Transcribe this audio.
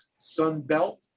Sunbelt